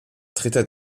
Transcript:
dritter